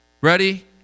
ready